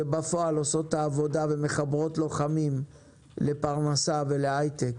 שבפועל עושות את העבודה ומחברות לוחמים לפרנסה ולהייטק,